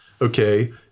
okay